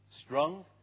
Strong